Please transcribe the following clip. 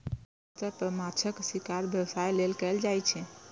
पैघ स्तर पर माछक शिकार व्यवसाय लेल कैल जाइ छै